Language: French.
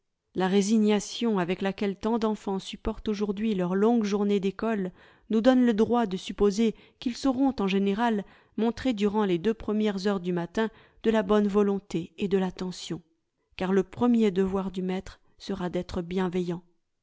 la résignation avec laquelle tant d'enfants supportent aujourd'hui leurs longues journées d'école nous donne le droit de supposer qu'ils sauront en général montrei durant les deux premières heures du matin de la bonne volonté et de l'attention car le premier devoir du maître sera d'être bienveillant